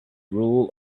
rule